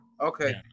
Okay